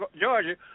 Georgia